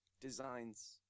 designs